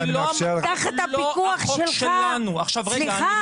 קח את הפיקוח שלך --- עכשיו רגע,